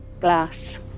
Glass